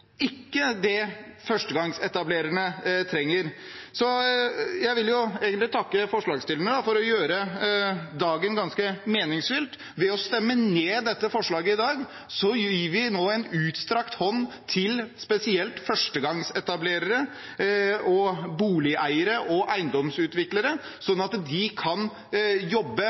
ikke det førstegangsetablererne trenger. Jeg vil egentlig takke forslagsstillerne for å gjøre dagen ganske meningsfylt. Ved å stemme ned dette forslaget i dag gir vi nå en utstrakt hånd til spesielt førstegangsetablerere, boligeiere og eiendomsutviklere, sånn at de kan jobbe